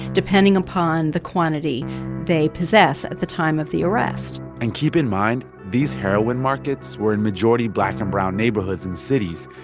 depending upon the quantity they possess at the time of the arrest and keep in mind, these heroin markets were in majority black and brown neighborhoods in cities.